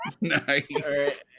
Nice